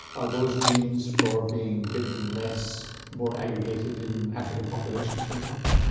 are those genes for being bitten less more aggregated in african populations, for example?